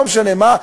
לא משנה מה,